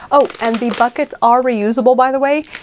oh, and the buckets are reusable, by the way.